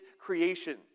creation